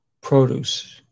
produce